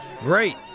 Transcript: Great